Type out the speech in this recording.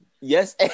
yes